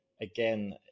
again